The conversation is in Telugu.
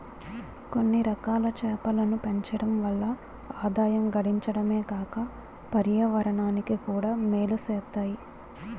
కొన్నిరకాల చేపలను పెంచడం వల్ల ఆదాయం గడించడమే కాక పర్యావరణానికి కూడా మేలు సేత్తాయి